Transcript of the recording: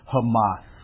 Hamas